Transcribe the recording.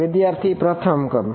વિદ્યાર્થી પ્રથમ ક્રમ